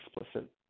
explicit